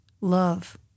love